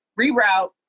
reroute